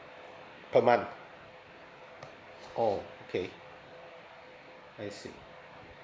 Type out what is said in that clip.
per month okay I see